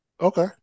Okay